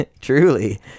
Truly